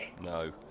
No